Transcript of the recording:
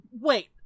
wait